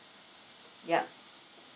yup